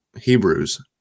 Hebrews